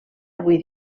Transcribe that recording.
avui